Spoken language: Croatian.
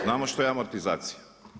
Znamo što je amortizacija.